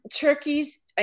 turkeys